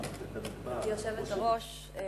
גברתי היושבת-ראש,